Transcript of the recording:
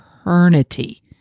eternity